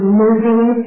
moving